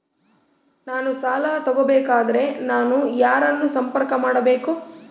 ನಾನು ಸಾಲ ತಗೋಬೇಕಾದರೆ ನಾನು ಯಾರನ್ನು ಸಂಪರ್ಕ ಮಾಡಬೇಕು?